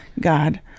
God